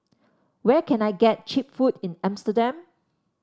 where can I get cheap food in Amsterdam